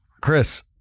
Chris